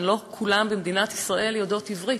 לא כולן במדינת ישראל יודעות עברית,